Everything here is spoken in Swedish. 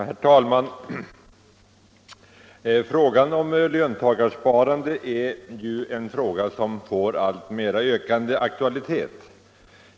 Herr talman! Frågan om löntagarsparande får alltmera ökande aktualitet.